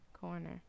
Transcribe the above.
corner